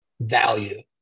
value